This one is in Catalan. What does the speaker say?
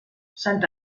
sant